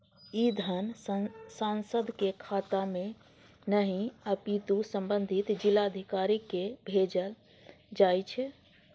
ई धन सांसदक खाता मे नहि, अपितु संबंधित जिलाधिकारी कें भेजल जाइ छै